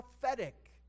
prophetic